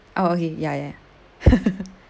oh okay ya ya ya